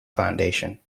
foundation